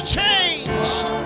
changed